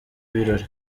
birori